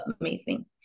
amazing